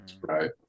Right